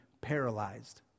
paralyzed